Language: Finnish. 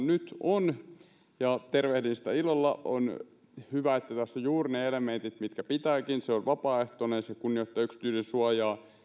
nyt on ja tervehdin sitä ilolla on hyvä että tässä on juuri ne elementit mitkä pitääkin se on vapaaehtoinen se kunnioittaa yksityisyydensuojaa